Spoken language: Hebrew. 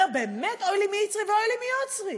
באמת, אוי לי מיצרי ואוי לי מיוצרי.